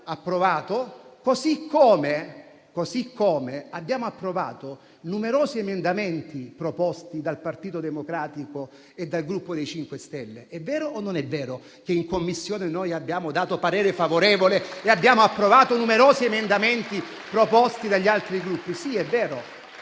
approvato. Allo stesso modo abbiamo approvato numerosi emendamenti proposti dal Partito Democratico e dal Gruppo MoVimento 5 Stelle. È vero o non è vero che in Commissione abbiamo dato parere favorevole e abbiamo approvato numerosi emendamenti proposti dagli altri Gruppi?